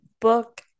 book